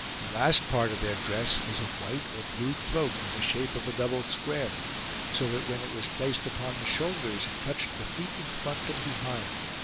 last part of their dress was a white or blue cloak in the shape of a double square so that when it was placed upon the shoulders it touched the feet in front and behind,